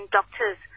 doctors